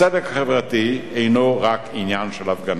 הצדק החברתי אינו רק עניין של הפגנה.